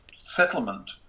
settlement